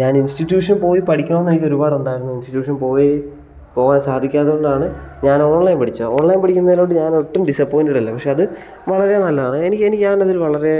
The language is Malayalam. ഞാൻ ഇൻസ്റ്റ്യൂഷനിൽ പോയി പഠിക്കണമെന്ന് എനിക്ക് ഒരുപാട് ഉണ്ടായിരുന്നു ഇൻസ്റ്റിട്യൂഷൻ പോയി പോകാൻ സാധിക്കാത്തത് കൊണ്ടാണ് ഞാൻ ഓൺലൈൻ പഠിച്ച ഓൺലൈൻ പഠിക്കുന്നതിനോട് ഞാൻ ഒട്ടും ഡിസ്സപോയിൻറ്റഡ് അല്ല പക്ഷേ അത് വളരെ നല്ലതാണ് എനിക്ക് എനിക്ക് ഞാൻ അതിൽ വളരെ